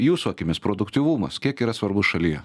jūsų akimis produktyvumas kiek yra svarbus šalyje